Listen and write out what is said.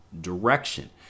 direction